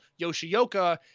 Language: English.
Yoshioka